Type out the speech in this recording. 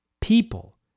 People